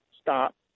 stop